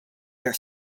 their